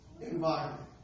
environment